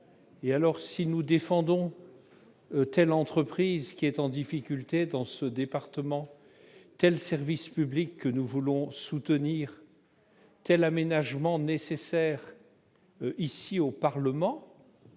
au Parlement, nous défendons telle entreprise qui est en difficulté dans ce département, tel service public que nous voulons soutenir, tel aménagement nécessaire, on